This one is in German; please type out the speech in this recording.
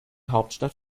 hauptstadt